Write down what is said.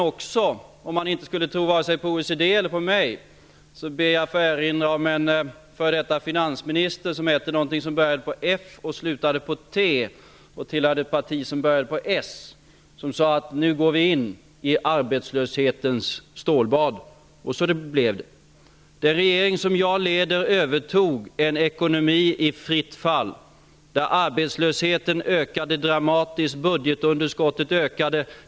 Om han varken skulle tro på OECD eller på mig ber jag att få erinra om en f.d. finansminister som hette något som började på F och slutade på T och tillhörde ett parti som började på S. Han sade att vi nu går in i arbetslöshetens stålbad. Så blev det. Detta vet Thage Peterson förmodligen också. Den regering som jag leder övertog en ekonomi i fritt fall. Arbetslösheten och budgetunderskottet ökade dramatiskt.